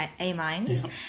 amines